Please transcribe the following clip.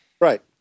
Right